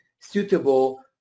suitable